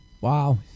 Wow